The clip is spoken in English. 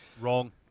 Wrong